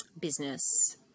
business